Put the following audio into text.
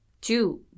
Two